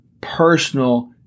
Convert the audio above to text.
personal